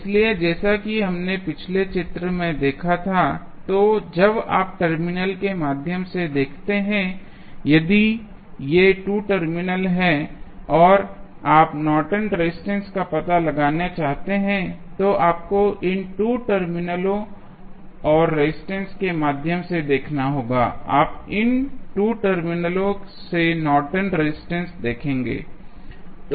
इसलिए जैसा कि हमने पिछले चित्र में देखा था तो जब आप टर्मिनल के माध्यम से देखते हैं यदि ये 2 टर्मिनल हैं और आप नॉर्टन रेजिस्टेंस Nortons resistance का पता लगाना चाहते हैं तो आपको इन 2 टर्मिनलों और रेजिस्टेंस के माध्यम से देखना होगा आप इन 2 टर्मिनलों से नॉर्टन रेजिस्टेंस Nortons resistance देखेंगे